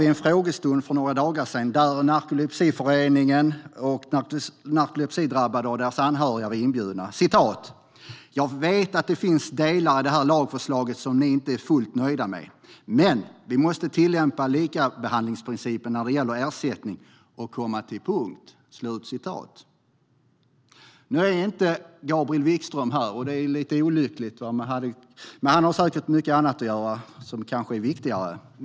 Vid en frågestund för några dagar sedan, där Narkolepsiföreningen och narkolepsidrabbade och deras anhöriga var inbjudna, sa sjukvårdsminister Gabriel Wikström: Jag vet att det finns delar i det här lagförslaget som ni inte är fullt nöjda med, men vi måste tillämpa likabehandlingsprincipen när det gäller ersättning och komma till punkt. Nu är inte Gabriel Wikström här. Det är lite olyckligt, men han har säkert mycket annat att göra som kanske är viktigare.